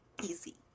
easy